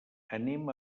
anem